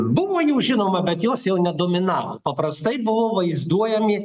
buvo jų žinoma bet jos jau nedominavo paprastai buvo vaizduojami